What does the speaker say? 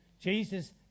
Jesus